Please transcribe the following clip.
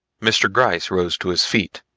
mr. gryce rose to his feet.